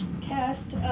cast